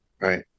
right